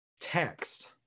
text